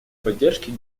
поддержке